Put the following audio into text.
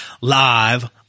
live